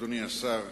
אדוני השר,